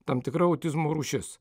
tam tikra autizmo rūšis